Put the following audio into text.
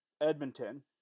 Edmonton